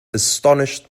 astonished